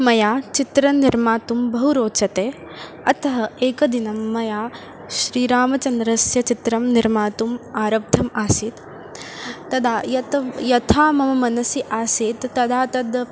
मया चित्रं निर्मातुं बहु रोचते अतः एकदिनं मया श्रीरामचन्द्रस्य चित्रं निर्मातुम् आरब्धम् आसीत् तदा यत् यथा मम मनसि आसीत् तदा तद्